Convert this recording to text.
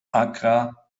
accra